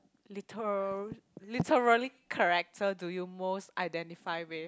liter~ literary character do you most identify with